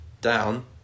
Down